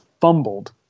fumbled